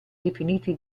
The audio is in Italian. definiti